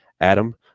Adam